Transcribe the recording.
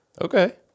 Okay